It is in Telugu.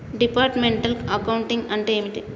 డిపార్ట్మెంటల్ అకౌంటింగ్ అంటే ఏమిటి?